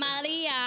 Maria